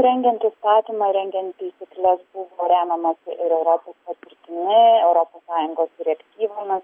rengiant įstatymą rengiant taisykles buvo remiamasi ir europos sutartimi europos sąjungos direktyvomis